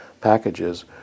packages